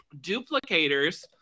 Duplicators